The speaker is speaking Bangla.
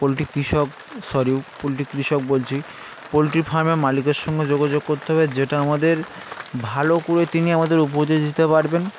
পোলট্রি কৃষক সরি পোলট্রি কৃষক বলছি পোলট্রি ফার্মে মালিকের সঙ্গে যোগাযোগ করতেে হবে যেটা আমাদের ভালো করে তিনি আমাদের উপজোগ দিতে পারবেন